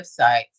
website